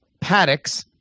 paddocks